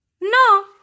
No